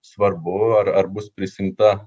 svarbu ar ar bus prisiimta